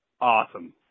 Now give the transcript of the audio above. Awesome